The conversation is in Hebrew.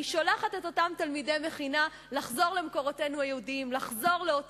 אני שולחת את אותם תלמידי מכינה לחזור למקורותינו היהודיים,